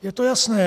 Je to jasné.